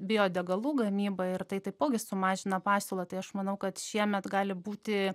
biodegalų gamybą ir tai taipogi sumažina pasiūlą tai aš manau kad šiemet gali būti